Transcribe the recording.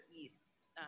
east